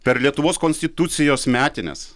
per lietuvos konstitucijos metines